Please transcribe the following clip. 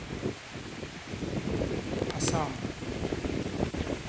Assam